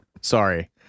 Sorry